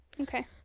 Okay